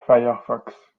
firefox